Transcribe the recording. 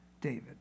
David